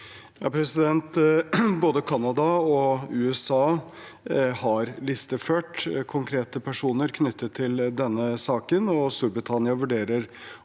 (H) Både Canada og USA har listeført konkrete personer knyttet til denne saken, og Storbritannia vurderer